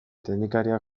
teknikariak